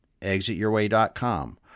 ExitYourWay.com